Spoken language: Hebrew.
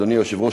אדוני היושב-ראש,